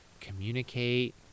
communicate